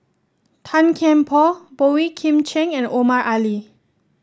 Tan Kian Por Boey Kim Cheng and Omar Ali